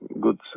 good